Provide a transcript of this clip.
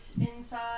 inside